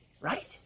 Right